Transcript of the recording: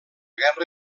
guerra